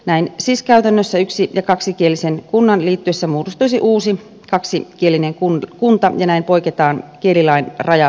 näin siis käytännössä yksi ja kaksikielisen kunnan liittyessä muodostuisi uusi kaksikielinen kunta ja näin poiketaan kielilain raja arvoista